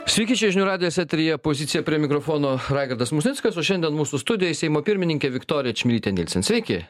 sveiki čia žinių radijas eteryje poziciją prie mikrofono raigardas musnickas o šiandien mūsų studijoj seimo pirmininkė viktorija čmilytė nielsen sveiki